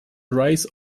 rice